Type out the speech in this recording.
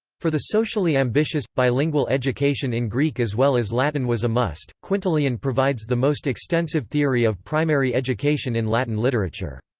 for the socially ambitious, bilingual education in greek as well as latin was a must quintilian provides the most extensive theory of primary education in latin literature.